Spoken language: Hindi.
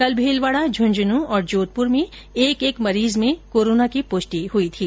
कल भीलवाडा झुंझुनूं और जोधपुर में एक एक मरीज में कोरोना की पुष्टि हुई थी